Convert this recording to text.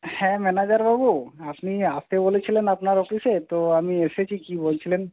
হ্যাঁ ম্যানেজারবাবু আপনি আসতে বলেছিলেন আপনার অফিসে তো আমি এসেছি কী বলছিলেন